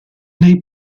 nei